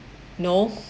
no